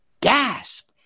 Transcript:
gasp